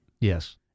yes